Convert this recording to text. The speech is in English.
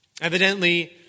Evidently